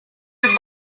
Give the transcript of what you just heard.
your